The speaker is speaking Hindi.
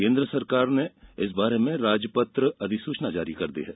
केन्द्र ने इस बारे में राजपत्र अधिसूचना जारी कर दी है